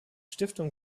stiftung